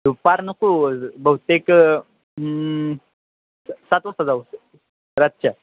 दुपार नको बहुतेक सात वाजता जाऊ रातच्या